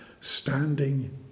standing